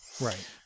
Right